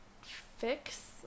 fix